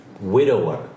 widower